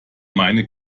meine